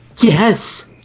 Yes